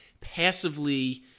passively